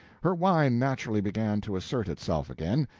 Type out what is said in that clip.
her wine naturally began to assert itself again,